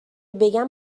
بگم